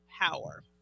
power